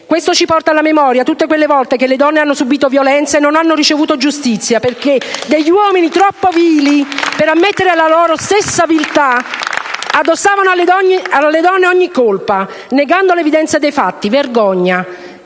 Questo ci porta alla memoria tutte quelle volte che le donne hanno subito violenza e non hanno ricevuto giustizia, perché degli uomini troppo vili per ammettere la loro stessa viltà addossavano alle donne ogni colpa, negando l'evidenza dei fatti.